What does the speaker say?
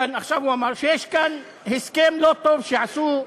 עכשיו הוא אמר שיש כאן הסכם לא טוב שעשו,